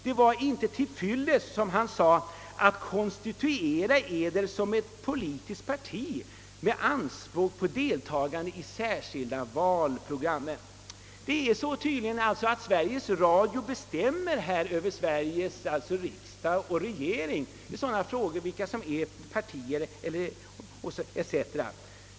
Det var inte till fyllest, som han uttryckte det, att konstituera mig som ett politiskt parti för att få delta i de särskilda valprogrammen. Det är tydligen så, att Sveriges Radio bestämmer över Sveriges riksdag och regering i sådana frågor.